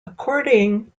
according